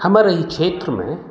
हमर ई क्षेत्रमे